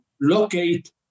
locate